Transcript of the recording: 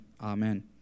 amen